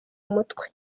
umutwe